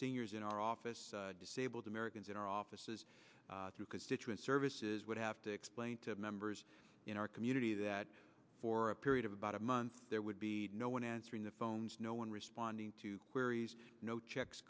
seniors in our office disabled americans in our offices constituent services would have to explain to members in our community that for a period of about a month there would be no one answering the phones no one responding to queries no checks